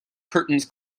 curtains